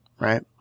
right